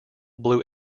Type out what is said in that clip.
blue